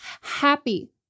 happy